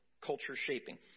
culture-shaping